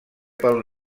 pel